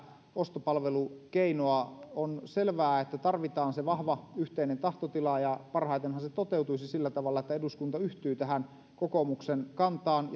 ostopalvelukeinoa on selvää että tarvitaan se vahva yhteinen tahtotila parhaitenhan se toteutuisi sillä tavalla että eduskunta yhtyy tähän kokoomuksen kantaan